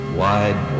wide